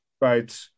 right